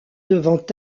devant